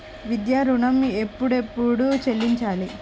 విద్యా ఋణం ఎప్పుడెప్పుడు చెల్లించాలి?